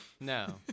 No